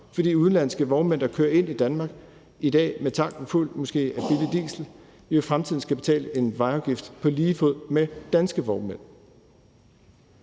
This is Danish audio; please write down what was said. De udenlandske vognmænd, der kører ind i Danmark i dag med tanken fuld af måske billig diesel, skal i fremtiden betale en vejafgift på lige fod med danske vognmænd.